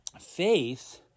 faith